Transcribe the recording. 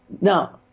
Now